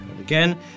again